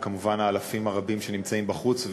וכמובן האלפים הרבים שנמצאים בחוץ,